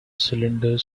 cylinder